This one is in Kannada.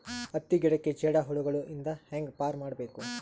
ಹತ್ತಿ ಗಿಡಕ್ಕೆ ಜೇಡ ಹುಳಗಳು ಇಂದ ಹ್ಯಾಂಗ್ ಪಾರ್ ಮಾಡಬೇಕು?